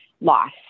loss